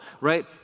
Right